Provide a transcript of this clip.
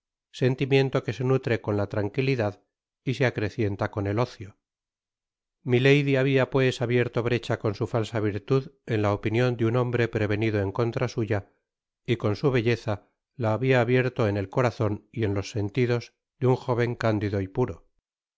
sentimiento que se nutre con la tranquilidad y se acrecienta con el ocio milady habia pues abierto brecha con su falsa virtud en la opinion de un hombre prevenido en contra suya y con su belleza la habia abierto en el corazon y en los sentidos de un joven cándido y puro